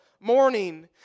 morning